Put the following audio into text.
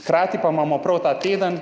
Hkrati pa imamo prav ta teden,